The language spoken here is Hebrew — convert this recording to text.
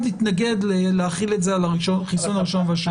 התנגד להחיל את זה על החיסון הראשון והשני.